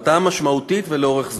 הרתעה משמעותית ולאורך זמן.